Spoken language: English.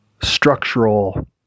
structural